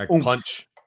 punch